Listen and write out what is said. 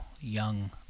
young